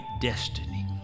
destiny